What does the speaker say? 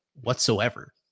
whatsoever